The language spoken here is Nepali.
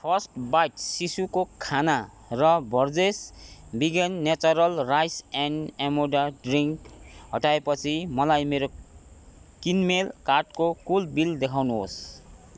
फर्स्ट बाइट शिशुको खाना र Borges vegan natural rice and almond drink हटाए पछि मलाई मेरो किनमेल कार्टको कुल बिल देखाउनुहोस्